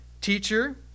teacher